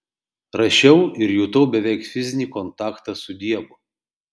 rašiau ir jutau beveik fizinį kontaktą su dievu